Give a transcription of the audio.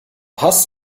paz